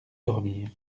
dormir